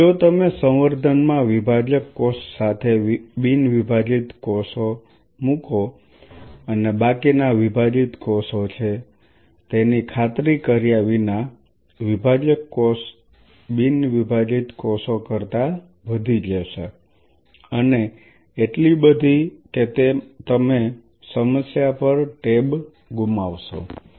હવે જો તમે સંવર્ધનમાં વિભાજક કોષ સાથે બિન વિભાજીત કોષ મૂકો અને બાકીના વિભાજીત કોષો છે તેની ખાતરી કર્યા વિના વિભાજક કોષ બિન વિભાજીત કોષો કરતાં વધી જશે અને એટલી બધી કે તમે સમસ્યા પર ટેબ ગુમાવશો